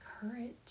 courage